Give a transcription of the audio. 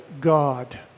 God